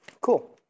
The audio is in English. cool